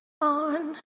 on